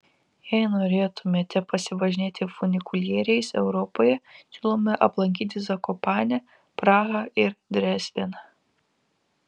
jei norėtumėte pasivažinėti funikulieriais europoje siūlome aplankyti zakopanę prahą ir dresdeną